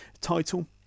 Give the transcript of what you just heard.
title